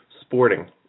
sporting